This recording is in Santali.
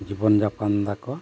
ᱡᱤᱵᱚᱱ ᱡᱟᱯᱚᱱ ᱫᱟᱠᱚ